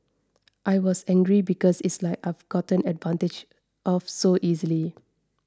I was angry because it's like I've gotten advantage of so easily